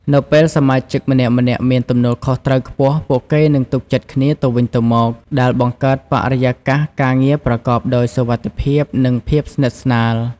នៅពេលសមាជិកម្នាក់ៗមានទំនួលខុសត្រូវខ្ពស់ ពួកគេនឹងទុកចិត្តគ្នាទៅវិញទៅមក ដែលបង្កើតបរិយាកាសការងារប្រកបដោយសុវត្ថិភាព និងភាពស្និទ្ធស្នាល។